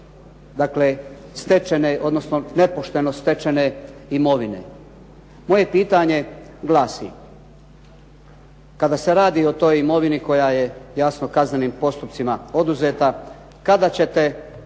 dakle stečene odnosno nepošteno stečene imovine. Moje pitanje glasi, kada se radi o toj imovini koja je jasno kaznenim postupcima oduzeta kada ćete